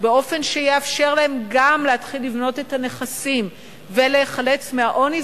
באופן שיאפשר גם להם להתחיל לבנות את הנכסים ולהיחלץ מהעוני,